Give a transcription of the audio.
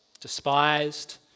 Despised